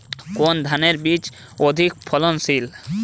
কোন ধানের বীজ অধিক ফলনশীল?